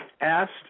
asked